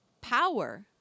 power